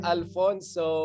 Alfonso